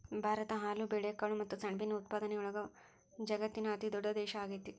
ಭಾರತ ಹಾಲು, ಬೇಳೆಕಾಳು ಮತ್ತ ಸೆಣಬಿನ ಉತ್ಪಾದನೆಯೊಳಗ ವಜಗತ್ತಿನ ಅತಿದೊಡ್ಡ ದೇಶ ಆಗೇತಿ